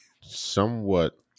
somewhat